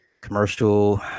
commercial